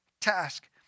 task